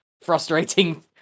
frustrating